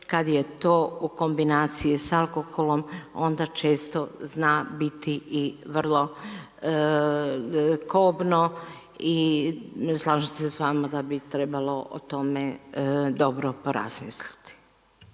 kada je to u kombinaciji sa alkoholom onda često zna biti i vrlo kobno. I …/Govornik se ne razumije./… se s vama da bi trebalo o tome dobro porazmisliti.